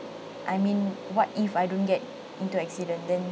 I mean what if I don't get into accident then